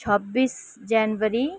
छब्बिस जनवरी